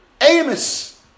Amos